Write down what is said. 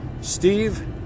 Steve